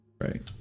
Right